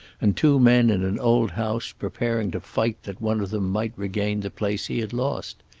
and two men in an old house, preparing to fight that one of them might regain the place he had lost.